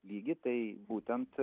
lygį tai būtent